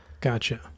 Gotcha